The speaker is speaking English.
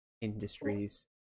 Industries